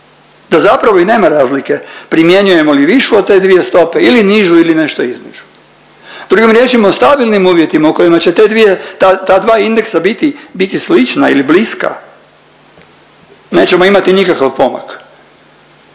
da zapravo i nema razlike primjenjujemo li višu od te dvije stope ili nižu ili nešto između. Drugim riječima, u stabilnim uvjetima u kojima će te dvije ta dva indeksa biti, biti slična ili bliska. Nećemo imati nikakav pomak,